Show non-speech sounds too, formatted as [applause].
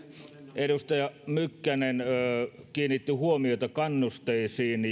edustaja mykkänen kiinnitti huomiota kannusteisiin [unintelligible]